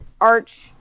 arch